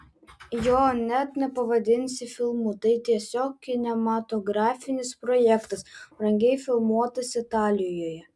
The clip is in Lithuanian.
jo net nepavadinsi filmu tai tiesiog kinematografinis projektas brangiai filmuotas italijoje